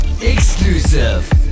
exclusive